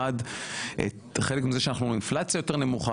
אחד חלק מזה שאנחנו ובאינפלציה יותר נמוכה,